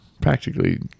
practically